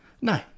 No